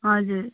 हजुर